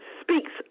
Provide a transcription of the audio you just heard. speaks